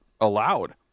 allowed